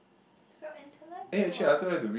so intellectual